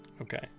Okay